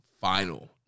final